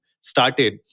started